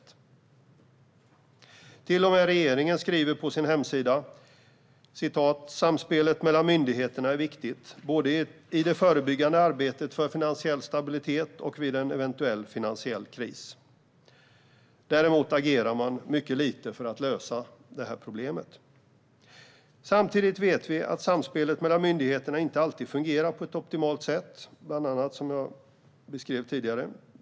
Till och med regeringen skriver på sin hemsida att "samspelet mellan myndigheterna är viktigt, både i det förebyggande arbetet för finansiell stabilitet och vid en eventuell finansiell kris". Däremot agerar man mycket lite för att lösa problemet. Samtidigt vet vi att samspelet mellan myndigheterna inte alltid fungerar på ett optimalt sätt, vilket jag bland annat beskrev tidigare.